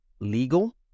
legal